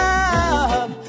Love